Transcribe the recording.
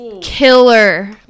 killer